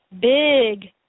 big